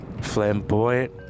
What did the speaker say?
Flamboyant